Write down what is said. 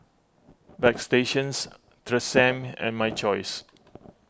Bagstationz Tresemme and My Choice